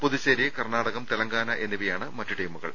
പുതുച്ചേരി കർണാടകം തെലങ്കാന എന്നി വയാണ് മറ്റു ടീമുകൾ